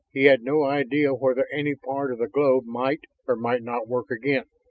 he had no idea whether any part of the globe might or might not work again.